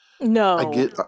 No